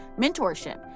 mentorship